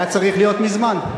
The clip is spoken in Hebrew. היה צריך להיות מזמן.